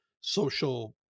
social